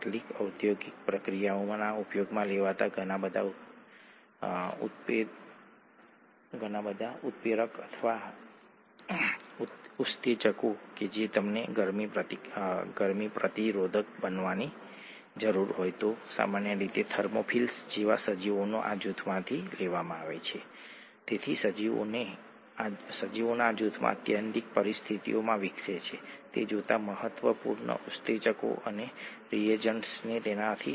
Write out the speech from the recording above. ADP ના electron પરિવહન જમણી બાજુ હાઇડ્રોજન આયન ઢાળની ઊર્જાનો ઉપયોગ એડીપી બનાવવા માટે ફોસ્ફેટ જૂથમાં ફોસ્ફેટ જૂથમાં ફોસ્ફેટ ઉમેરવા માટે થાય છે